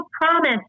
promise